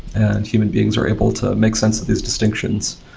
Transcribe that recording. and human beings are able to make sense of these distinctions.